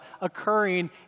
occurring